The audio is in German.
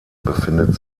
befindet